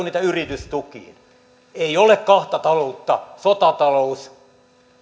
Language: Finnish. niitä yritystukiin ei ole kahta taloutta sotatalous